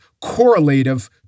correlative